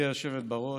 גברתי היושבת בראש,